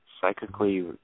psychically